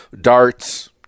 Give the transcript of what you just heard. darts